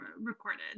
recorded